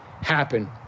happen